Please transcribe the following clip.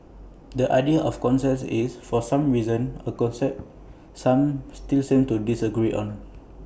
the idea of consent is for some reason A concept some still seem to disagree on